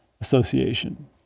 Association